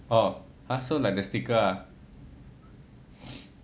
orh !huh! so like the sticker ah